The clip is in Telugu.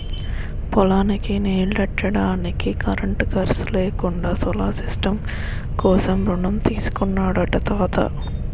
పొలానికి నీల్లెట్టడానికి కరెంటు ఖర్సు లేకుండా సోలార్ సిస్టం కోసం రుణం తీసుకున్నాడట తాత